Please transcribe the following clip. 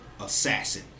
assassin